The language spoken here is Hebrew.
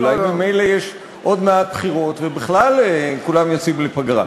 אולי ממילא יש עוד מעט בחירות ובכלל כולם יוצאים לפגרה.